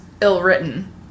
ill-written